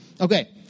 Okay